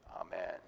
amen